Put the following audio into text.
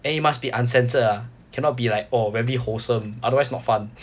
and it must be uncensored ah cannot be like orh very wholesome otherwise not fun